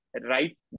right